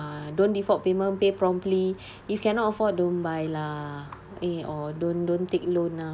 uh don't default payment pay promptly if cannot afford don't buy lah eh or don't don't take loan ah